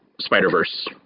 spider-verse